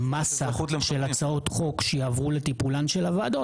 מסה של הצעות חוק שיעברו לטיפולן של הוועדות,